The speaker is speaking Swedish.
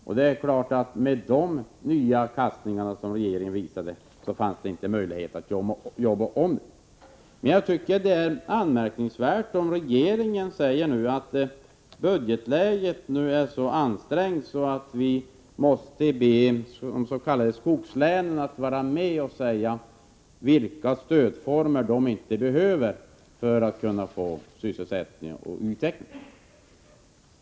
Det är klart att det med de nya kastningarna från regeringen inte var möjligt att arbeta om betänkandet. Jag tycker det är anmärkningsvärt om regeringen nu säger att budgetläget är så ansträngt att vi måste be de s.k. skogslänen att redovisa vilka stödformer som de inte behöver för att få sysselsättning och utveckling.